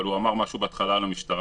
אבל הוא אמר משהו לגבי המשטרה,